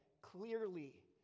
clearly